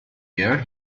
year